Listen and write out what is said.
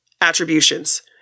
attributions